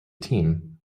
team